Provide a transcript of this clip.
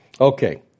Okay